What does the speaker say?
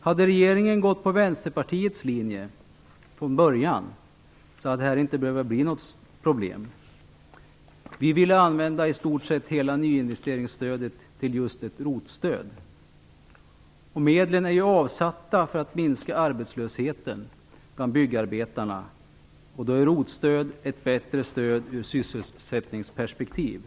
Om regeringen från början hade följt Vänsterpartiets linje, hade det här inte behövt bli något problem. Vi ville använda i stort sett hela nyinvesteringsstödet just till ett ROT stöd. Medlen är avsatta för att minska arbetslösheten bland byggarbetarna, och då är ROT-stöd ett bättre stöd i sysselsättningsperspektivet.